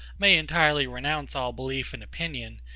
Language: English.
may entirely renounce all belief and opinion,